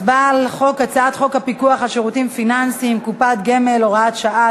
הצבעה על הצעת חוק הפיקוח על שירותים פיננסיים (קופות גמל) (הוראת שעה),